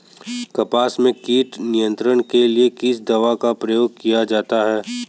कपास में कीट नियंत्रण के लिए किस दवा का प्रयोग किया जाता है?